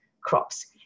crops